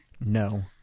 No